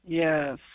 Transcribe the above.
yes